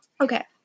okay